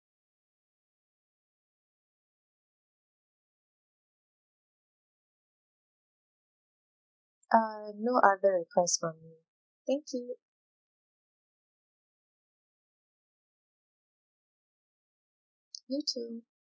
uh no other request from me thank you you too